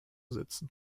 sitzen